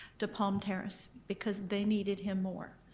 to palm terrace. because they needed him more.